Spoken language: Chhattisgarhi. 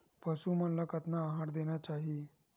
पशु मन ला कतना आहार देना चाही?